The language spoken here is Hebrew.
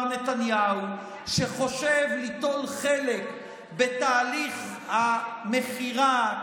נתניהו שחושב ליטול חלק בתהליך המכירה,